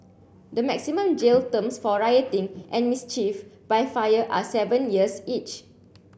the maximum jail terms for rioting and mischief by fire are seven years each